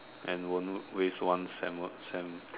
and won't waste one sem one sem